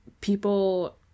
people